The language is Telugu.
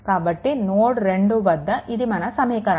కాబట్టి నోడ్2 వద్ద ఇది మన సమీకరణం